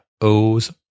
O's